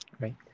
right